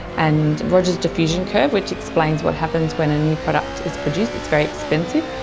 and rogers diffusion curve, which explains what happens when a new product is produced, it's very expensive,